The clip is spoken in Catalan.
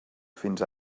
fins